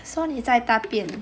so 你在大便